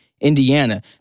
Indiana